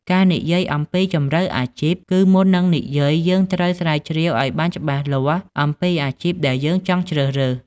ការនិយាយអំពីជម្រើសអាជីព គឺមុននឹងនិយាយ យើងត្រូវស្រាវជ្រាវឲ្យបានច្បាស់លាស់អំពីអាជីពដែលយើងចង់ជ្រើសរើស។